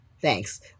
Thanks